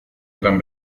gran